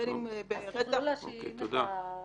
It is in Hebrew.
בין אם ברצח ----- תודה.